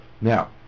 now